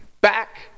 back